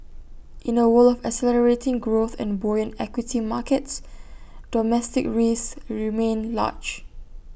in A world of accelerating growth and buoyant equity markets domestic risks remain large